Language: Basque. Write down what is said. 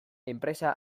enpresa